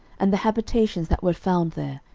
and the habitations that were found there,